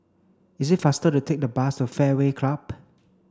it is faster to take the bus to Fairway Club